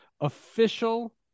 official